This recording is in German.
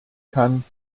kann